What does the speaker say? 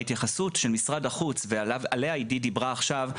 בהתייחסות של משרד החוץ ועליה עידית דיברה עכשיו,